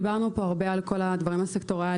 דיברנו פה הרבה על כל הדברים הסקטוריאליים,